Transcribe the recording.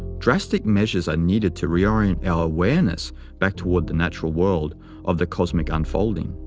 drastic measures are needed to reorient our awareness back toward the natural world of the cosmic unfolding.